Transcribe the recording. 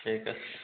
ঠিক আছে